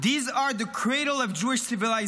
these are the cradle of Jewish civilization.